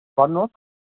भन्नुहोस्